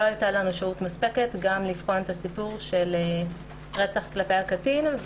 הייתה לנו שהות מספקת לבחון גם את הסיפור של רצח כלפי הקטין.